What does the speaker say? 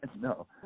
no